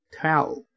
Twelve